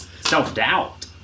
self-doubt